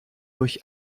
durch